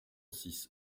six